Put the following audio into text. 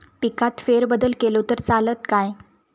पिकात फेरबदल केलो तर चालत काय?